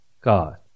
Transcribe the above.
God